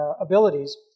abilities